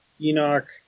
Enoch